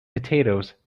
potatoes